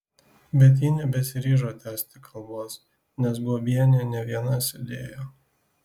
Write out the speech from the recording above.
bet ji nebesiryžo tęsti kalbos nes guobienė ne viena sėdėjo